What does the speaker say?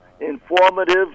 informative